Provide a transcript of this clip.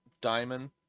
Diamond